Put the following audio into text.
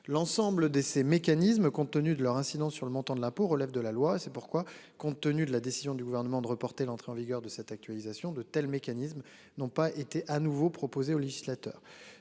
l'ensemble des ces mécanismes compte tenu de leur incidence sur le montant de l'impôt relève de la loi c'est pourquoi compte tenu de la décision du gouvernement de reporter l'entrée en vigueur de cette actualisation de tels mécanismes n'ont pas été à nouveau proposé au législateur